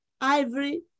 ivory